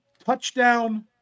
Touchdown